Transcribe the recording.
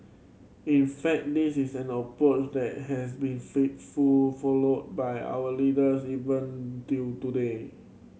in fact this is an approach that has been faithful followed by our leaders even till today